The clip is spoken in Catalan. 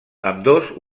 ambdós